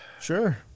Sure